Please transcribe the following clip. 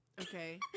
Okay